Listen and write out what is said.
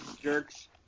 Jerks